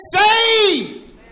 saved